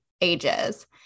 ages